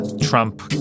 Trump